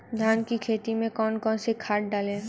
धान की खेती में कौन कौन सी खाद डालें?